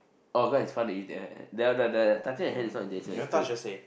oh cause it's fun to you the the the touching of hands is not in nature it's to